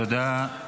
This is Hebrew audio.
תודה.